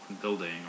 building